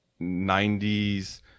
90s